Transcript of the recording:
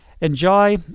enjoy